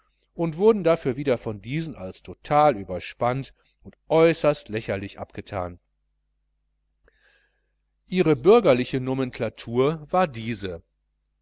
und wurden dafür wieder von diesen als überspannt und lächerlich abgethan ihre bürgerliche nomenclatur war diese